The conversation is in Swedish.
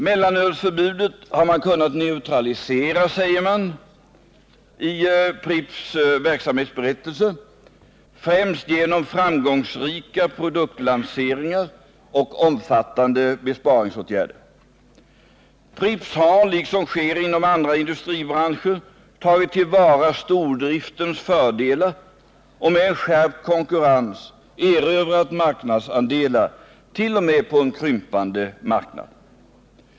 Mellanölsförbudet har man kunnat neutralisera, säger man i Pripps verksamhetsberättelse, främst genom framgångsrika produktlanseringar och omfattande besparingsåtgärder. Pripps har, liksom sker inom andra industribranscher, tagit till vara stordriftens fördelar och med en skärpt konkurrens erövrat marknadsandelar t.o.m. på en krympande marknad.